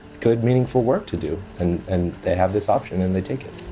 good meaningful work to do. and and they have this option and they take it